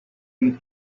you